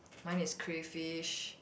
mine is crayfish